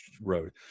road